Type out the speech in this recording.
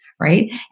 Right